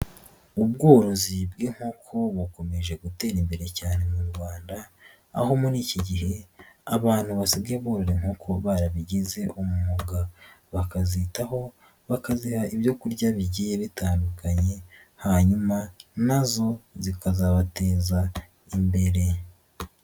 Ubworozi bw'inkuko bukomeje gutera imbere cyane mu Rwanda aho muri iki gihe abantu basigage borora inkoko barabigize umwuga bakazitaho bakaziha ibyo kurya bigiye bitandukanye hanyuma na zo zikazabateza imbere.